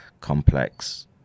complex